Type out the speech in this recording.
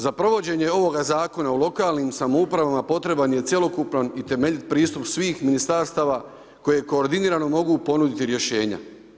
Za provođenje ovog zakona o lokalnim samoupravama, potreban je cjelokupan i temeljit pristup svih ministarstava koje koordinirano mogu ponuditi rješenja.